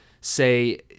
say –